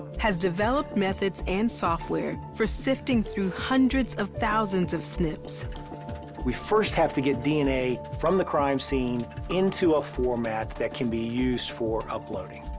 has developed methods and software for sifting through hundreds of thousands of snps. armentrout we first have to get dna from the crime scene into a format that can be used for uploading.